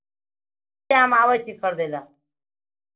से हम आबै छी खरीदय लेल